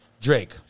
Drake